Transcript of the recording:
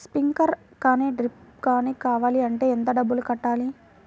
Sprinkler కానీ డ్రిప్లు కాని కావాలి అంటే ఎంత డబ్బులు కట్టాలి?